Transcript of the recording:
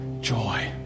joy